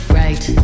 right